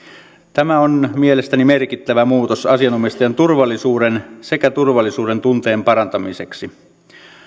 tämä on mielestäni merkittävä muutos asianomistajan turvallisuuden sekä turvallisuuden tunteen parantamiseksi